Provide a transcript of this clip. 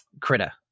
critter